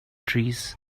trees